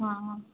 हा